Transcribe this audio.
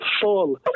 full